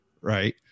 right